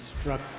struck